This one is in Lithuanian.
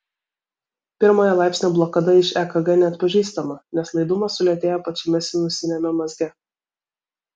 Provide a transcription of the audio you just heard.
pirmojo laipsnio blokada iš ekg neatpažįstama nes laidumas sulėtėja pačiame sinusiniame mazge